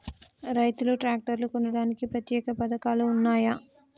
రైతులు ట్రాక్టర్లు కొనడానికి ప్రత్యేక పథకాలు ఉన్నయా?